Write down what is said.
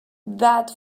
that